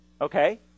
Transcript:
Okay